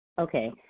Okay